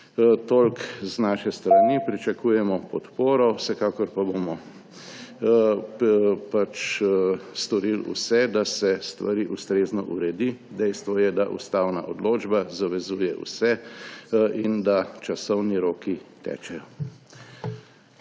Toliko z naše strani. Pričakujemo podporo, vsekakor pa bomo storil vse, da se stvari ustrezno uredi. Dejstvo je, da ustavna odločba zavezuje vse in da časovni roki tečejo.